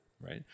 right